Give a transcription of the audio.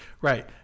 Right